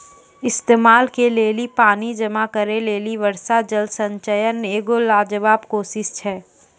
इस्तेमाल के लेली पानी जमा करै लेली वर्षा जल संचयन एगो लाजबाब कोशिश छै